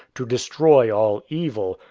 to destroy all evil,